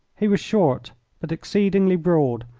he was short but exceedingly broad,